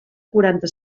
quaranta